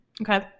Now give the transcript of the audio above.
Okay